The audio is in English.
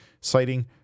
citing